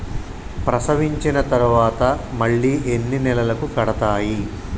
ప్రసవించిన తర్వాత మళ్ళీ ఎన్ని నెలలకు కడతాయి?